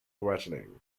threatening